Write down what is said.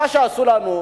מה שעשו לנו,